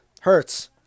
Hurts